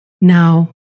Now